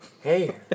Hey